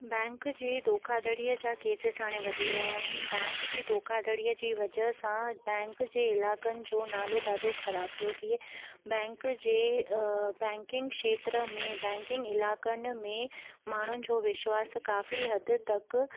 bank जे धोखादड़ीअ जा केसिस हाणे वधी रहिया आहिन बैंक जे धोखादड़ीअ जी वजह सां बैंक जे इलाकन जो नालो ॾाढो खराब पियो थिए बैंक जे बैंकिंग खेत्र में बैंकिंग इलाइक़नि में माण्हुन जो विश्वास काफ़ी हद तक